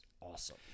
awesome